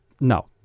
No